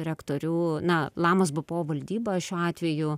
rektorių na lamos bpo valdyba šiuo atveju